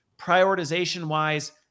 Prioritization-wise